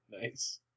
nice